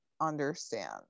understand